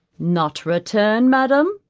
not return, madam?